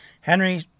Henry